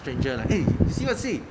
stranger like eh you see what see